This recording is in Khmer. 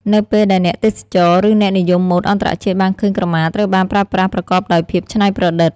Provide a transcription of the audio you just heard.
នៅពេលដែលអ្នកទេសចរ ឬអ្នកនិយមម៉ូដអន្តរជាតិបានឃើញក្រមាត្រូវបានប្រើប្រាស់ប្រកបដោយភាពច្នៃប្រឌិត។